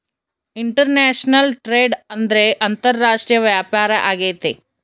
international trade ಅಂದ್ರೆ ಅಂತಾರಾಷ್ಟ್ರೀಯ ವ್ಯಾಪಾರ ಆಗೈತೆ